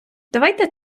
давайте